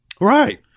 Right